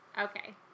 Okay